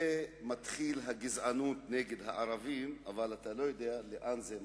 שמתחילה גזענות נגד ערבים אבל לא יודעים לאן היא ממשיכה.